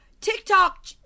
TikTok